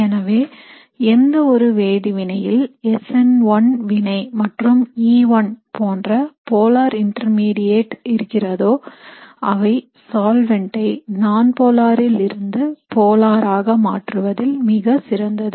எனவே எந்த ஒரு வேதி வினையில் SN1 வினை மற்றும் E1 போன்ற போலார் இன்டர்மீடியட் இருக்கிறதோ அவை சால்வெண்ட் ஐ நான்போலாரில் இருந்து போலார் ஆக மாற்றுவதில் மிக சிறந்தது